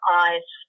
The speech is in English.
eyes